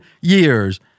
years